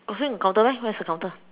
so the counter where where is the counter